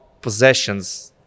possessions